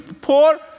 poor